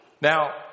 Now